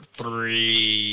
three